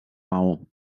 maó